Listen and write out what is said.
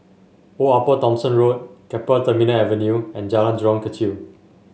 Old Upper Thomson Road Keppel Terminal Avenue and Jalan Jurong Kechil